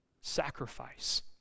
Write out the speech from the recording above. sacrifice